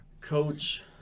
Coach